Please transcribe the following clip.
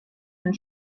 and